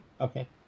okay